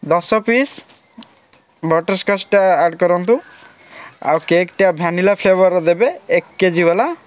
ଦଶ ପିସ୍ ବଟରସ୍କଚ୍ଟା ଆଡ଼୍ କରନ୍ତୁ ଆଉ କେକ୍ଟା ଭ୍ୟାନିଲା ଫ୍ଲେବର୍ର ଦେବେ ଏକ କେ ଜି ବାଲା